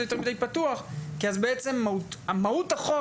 יותר מידי פתוח כי אז בעצם מהות החוק,